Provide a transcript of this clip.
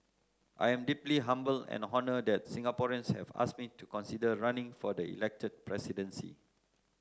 I am deeply humbled and honoured that Singaporeans have asked me to consider running for the elected presidency